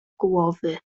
głowy